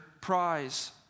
prize